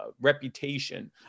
reputation